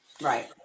right